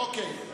אוקיי.